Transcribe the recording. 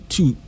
Two